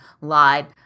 lied